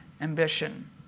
ambition